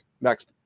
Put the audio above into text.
Next